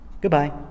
Goodbye